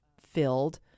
filled